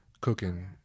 cooking